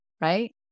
right